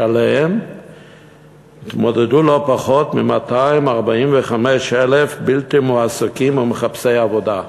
שעליהן התמודדו לא פחות מ-245,000 בלתי מועסקים או מחפשי עבודה,